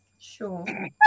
Sure